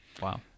wow